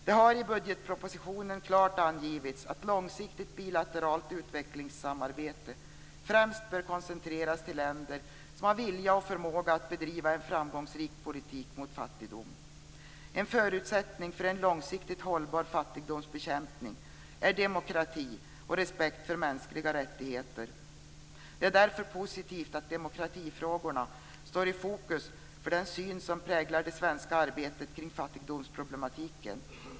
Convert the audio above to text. Det har i budgetpropositionen klart angivits att långsiktigt bilateralt utvecklingssamarbete främst bör koncentreras till länder som har vilja och förmåga att bedriva en framgångsrik politik mot fattigdom. En förutsättning för en långsiktigt hållbar fattigdomsbekämpning är demokrati och respekt för mänskliga rättigheter. Det är därför positivt att demokratifrågorna står i fokus för den syn som präglar det svenska arbetet kring fattigdomsproblematiken.